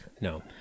No